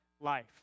life